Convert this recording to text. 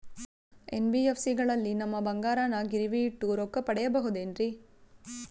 NBFC ಗಳಲ್ಲಿ ನಮ್ಮ ಬಂಗಾರನ ಗಿರಿವಿ ಇಟ್ಟು ರೊಕ್ಕ ಪಡೆಯಬಹುದೇನ್ರಿ?